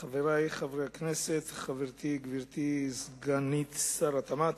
חברי חברי הכנסת, חברתי גברתי סגנית שר התמ"ת,